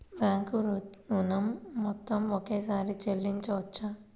Bank ఋణం మొత్తము ఒకేసారి చెల్లించవచ్చా?